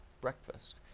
breakfast